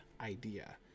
idea